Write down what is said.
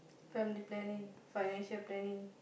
family planning financial planning